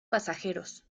pasajeros